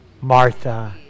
Martha